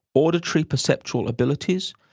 auditory perceptual abilities,